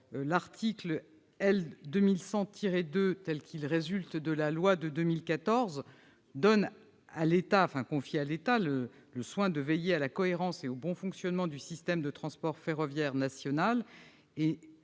des transports, tel qu'il résulte de la loi du 4 août 2014, confie à l'État le soin de veiller à la cohérence et au bon fonctionnement du système de transport ferroviaire national,